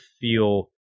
feel